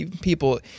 people